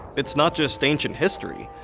it's not just ancient history.